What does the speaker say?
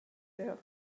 her